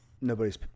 nobody's